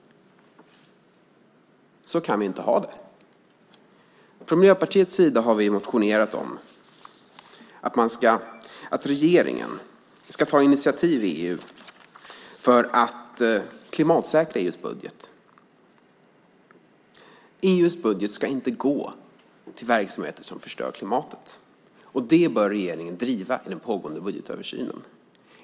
Så kan vi inte ha det. Miljöpartiet har motionerat om att regeringen ska ta initiativ i EU för att klimatsäkra EU:s budget. EU:s budget ska inte gå till verksamheter som förstör klimatet. Det bör regeringen driva i den pågående budgetöversynen.